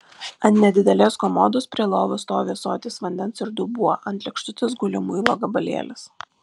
ant nedidelės komodos prie lovos stovi ąsotis vandens ir dubuo ant lėkštutės guli muilo gabalėlis